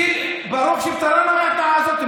ברוך שפטרנו מהתנועה הזאת.